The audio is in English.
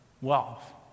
wealth